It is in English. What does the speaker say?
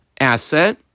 asset